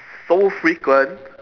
so frequent